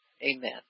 Amen